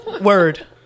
Word